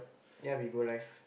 that'll be good life